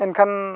ᱮᱱᱠᱷᱟᱱ